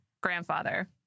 grandfather